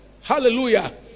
Hallelujah